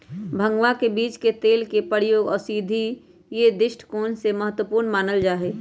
भंगवा के बीज के तेल के प्रयोग औषधीय दृष्टिकोण से महत्वपूर्ण मानल जाहई